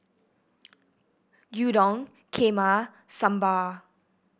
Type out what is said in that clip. Gyudon Kheema Sambar